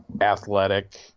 athletic